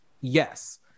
yes